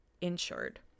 insured